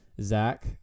Zach